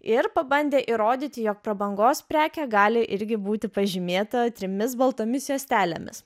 ir pabandė įrodyti jog prabangos prekė gali irgi būti pažymėta trimis baltomis juostelėmis